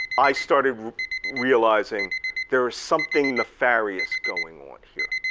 i started realizing there is something nefarious going on here.